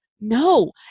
no